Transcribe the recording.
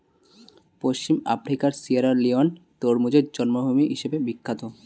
পশ্চিম আফ্রিকার সিয়েরালিওন তরমুজের জন্মভূমি হিসেবে বিখ্যাত